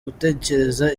gutekereza